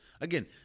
again